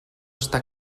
està